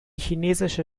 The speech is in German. chinesische